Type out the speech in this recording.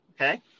okay